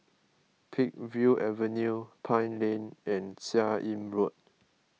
Peakville Avenue Pine Lane and Seah Im Road